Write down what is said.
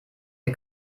der